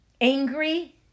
angry